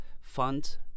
fund